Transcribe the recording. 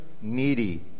needy